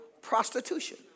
prostitution